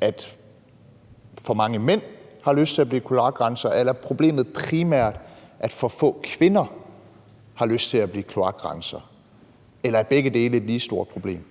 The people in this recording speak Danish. at for mange mænd har lyst til at blive kloakrensere, eller er problemet primært, at for få kvinder har lyst til at blive kloakrensere? Eller er begge dele et lige stort problem?